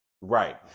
right